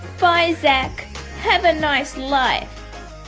bye zac have a nice life!